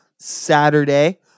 Saturday